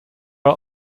are